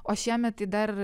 o šiemet tai dar